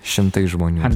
šimtai žmonių